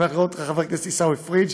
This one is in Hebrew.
שמח לראות אותך חבר הכנסת עיסאווי פריג',